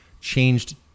changed